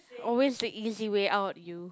always the easy way out you